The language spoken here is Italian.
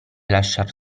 lasciar